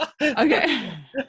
Okay